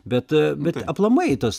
bet aplamai tas